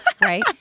Right